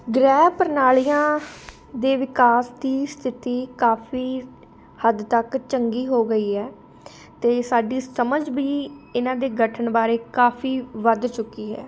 ਗ੍ਰਹਿ ਪ੍ਰਣਾਲੀਆਂ ਦੇ ਵਿਕਾਸ ਦੀ ਸਥਿਤੀ ਕਾਫੀ ਹੱਦ ਤੱਕ ਚੰਗੀ ਹੋ ਗਈ ਹੈ ਅਤੇ ਸਾਡੀ ਸਮਝ ਵੀ ਇਹਨਾਂ ਦੇ ਗਠਨ ਬਾਰੇ ਕਾਫੀ ਵੱਧ ਚੁੱਕੀ ਹੈ